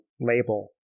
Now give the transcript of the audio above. label